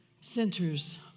centers